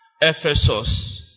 Ephesus